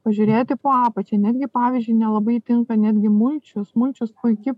pažiūrėti po apačia netgi pavyzdžiui nelabai tinka netgi mulčius mulčius puiki